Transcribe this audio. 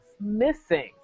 missing